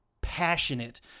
passionate